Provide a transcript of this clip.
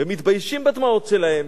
והם מתביישים בדמעות שלהם.